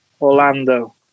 Orlando